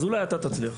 אז אולי אתה תצליח.